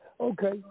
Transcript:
okay